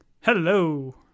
Hello